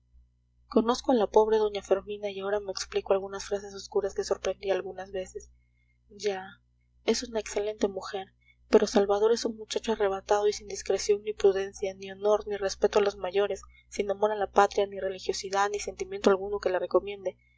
a la pobre doña fermina y ahora me explico algunas frases oscuras que sorprendí algunas veces ya es una excelente mujer pero salvador es un muchacho arrebatado y sin discreción ni prudencia ni honor ni respeto a los mayores sin amor a la patria ni religiosidad ni sentimiento alguno que le recomiende